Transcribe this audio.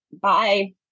Bye